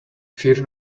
fear